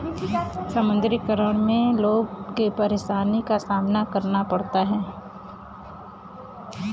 विमुद्रीकरण में लोग के परेशानी क सामना करे के पड़ल